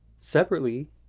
separately